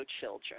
children